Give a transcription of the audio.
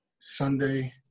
Sunday